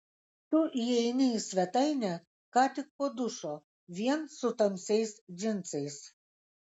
tu įeini į svetainę ką tik po dušo vien su tamsiais džinsais